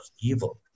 evil